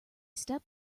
step